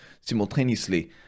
simultaneously